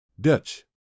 Dutch